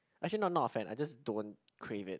actually not not a fan I just don't crave it